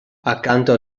accanto